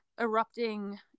erupting